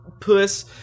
puss